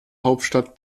hauptstadt